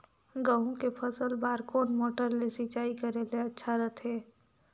गहूं के फसल बार कोन मोटर ले सिंचाई करे ले अच्छा रथे?